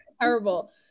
terrible